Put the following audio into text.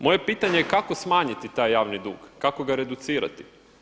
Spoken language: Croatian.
Moje pitanje je kako smanjit taj javni dug, kako ga reducirati.